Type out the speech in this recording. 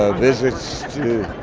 ah visits to